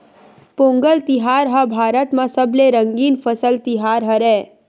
पोंगल तिहार ह भारत म सबले रंगीन फसल तिहार हरय